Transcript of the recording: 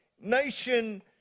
nation